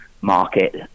market